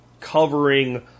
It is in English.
covering